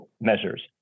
measures